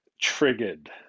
triggered